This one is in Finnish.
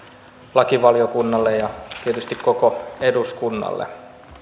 lakivaliokunnalle ja tietysti koko eduskunnalle